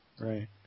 Right